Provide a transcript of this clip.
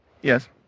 Yes